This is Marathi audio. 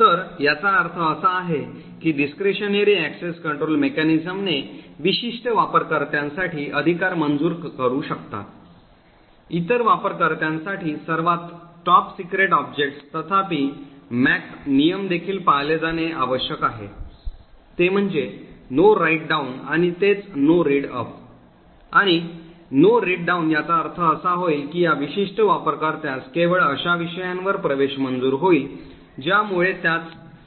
तर याचा अर्थ असा आहे की discretionary access control mechanism ने विशिष्ट वापरकर्त्यासाठी अधिकार मंजूर करू शकतात इतर वापरकर्त्यांसाठी सर्वात top secret objects तथापि MAC नियम देखील पाळले जाणे आवश्यक आहे ते म्हणजे नो राइट डाऊन आणि तेच No Read up आणि नो रीड डाउन याचा अर्थ असा होईल की या विशिष्ट वापर कर्त्यास केवळ अशा विषयांवर प्रवेश मंजूर होईल ज्यामुळे त्याच top secret level वर आहेत